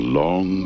long